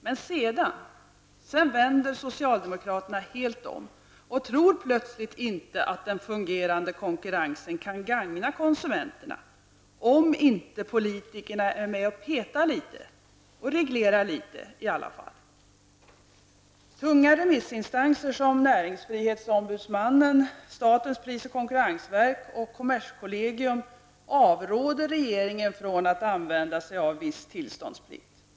Men sedan vänder socialdemokraterna helt om och tror plötsligt inte att den fungerande konkurrensen kan gagna konsumenterna, om inte politikerna är med och petar litet -- och reglerar litet -- i alla fall. Tunga remissinstanser som näringsfrihetsombudsmannen, statens pris och konkurrensverk och kommerskollegium avråder regeringen från att använda sig av viss tillståndsplikt.